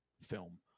film